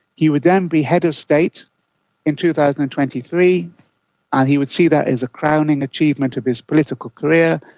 he would then be head of state in two thousand and twenty three and he would see that as a crowning achievement of his political career,